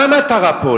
מה המטרה פה?